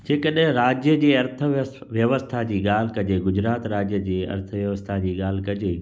जे कॾहिं राज्य जी अर्थ व्यव व्यवस्था जी ॻाल्हि कजे गुजरात राज्य जी अर्थव्यवस्था जी ॻाल्हि कजे